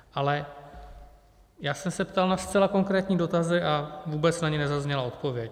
Ale já jsem se ptal na zcela konkrétní dotazy a vůbec na ně nezazněla odpověď.